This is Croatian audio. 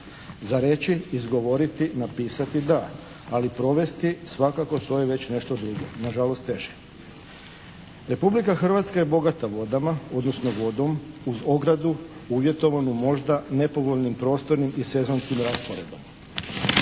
za reći, izgovoriti, napisati da. Ali provesti svakako to je već nešto drugo, nažalost teže. Republika Hrvatska je bogata vodama, odnosno vodom uz ogradu uvjetovanu možda nepovoljnim prostornim i sezonskim rasporedom.